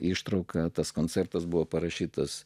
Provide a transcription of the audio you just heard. ištrauką tas koncertas buvo parašytas